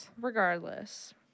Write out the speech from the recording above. Regardless